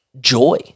Joy